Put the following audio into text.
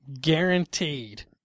guaranteed